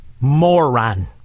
moron